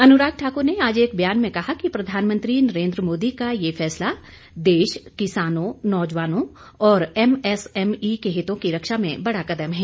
अनुराग ठाकुर ने आज एक ब्यान में कहा कि प्रधानमंत्री नरेंद्र मोदी का यह फैसला देश किसानों नौजवानों और एमएसएमई के हितों की रक्षा में बड़ा कदम है